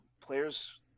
players